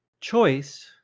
choice